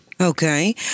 Okay